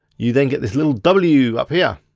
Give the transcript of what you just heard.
you then get this little w up here.